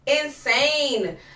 insane